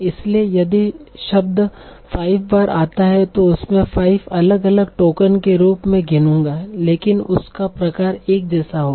इसलिए यदि शब्द 5 बार आता है तो मैं इसे 5 अलग अलग टोकन के रूप में गिनूंगा लेकिन उसका प्रकार एक जैसा होगा